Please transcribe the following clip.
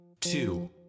two